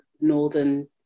Northern